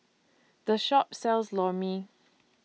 The Shop sells Lor Mee